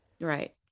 right